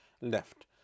left